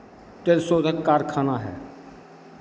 तेल शोधक कारखाना है